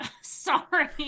sorry